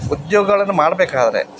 ಉದ್ಯೋಗಗಳನ್ನು ಮಾಡಬೇಕಾದ್ರೆ